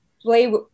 play